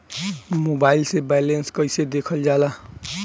Mobile से balance कइसे देखल जाला?